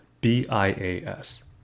B-I-A-S